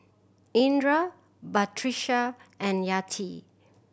Indra Batrisya and Yati